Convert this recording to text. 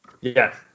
Yes